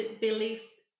beliefs